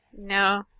No